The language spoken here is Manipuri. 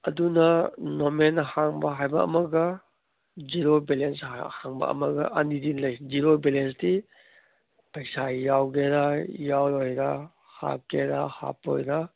ꯑꯗꯨꯅ ꯅꯣꯔꯃꯦꯜ ꯍꯥꯡꯕ ꯍꯥꯏꯕ ꯑꯃꯒ ꯖꯦꯔꯣ ꯕꯦꯂꯦꯟꯁ ꯍꯥꯡꯕ ꯑꯃꯒ ꯑꯅꯤꯁꯦ ꯂꯩ ꯖꯦꯔꯣ ꯕꯦꯂꯦꯟꯁꯇꯤ ꯄꯩꯁꯥ ꯌꯥꯎꯒꯦꯔ ꯌꯥꯎꯔꯣꯏꯔ ꯍꯥꯞꯀꯦꯔ ꯍꯥꯞꯄꯣꯏꯔ